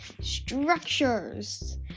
Structures